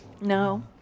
No